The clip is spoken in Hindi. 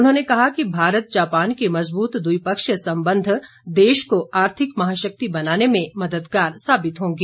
उन्होंने कहा कि भारत जापान के मजबूत द्विपक्षीय संबंध देश को आर्थिक महाशक्ति बनाने में मददगार साबित होंगे